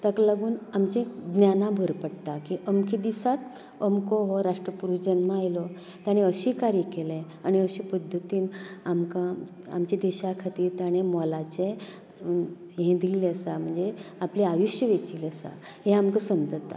ताका लागून आमची ज्ञानाक भर पडटा की अमके दिसाक अमको हो राष्ट्र पुरूश जल्माक आयलो तांणी अशी कार्य केलें आनी अशें पद्दतीन आमकां आमचे देशा खातीर ताणें मोलाचें हें दिल्लें आसा म्हणजे आपलें आयुष्य वेचिल्लें आसा हें आमकां समजता